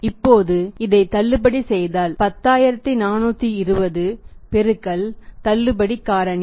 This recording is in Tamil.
இப்போது இதை தள்ளுபடி செய்தால் 10420 x தள்ளுபடி காரணி